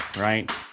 right